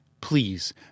please